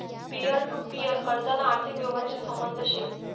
peer to peer कर्जना आर्थिक यवहारशी संबंध शे